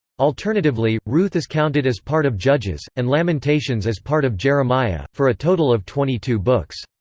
alternatively, ruth is counted as part of judges, and lamentations as part of jeremiah, for a total of twenty two books.